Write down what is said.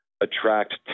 attract